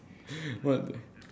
what the